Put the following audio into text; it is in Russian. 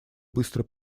быстро